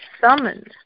summoned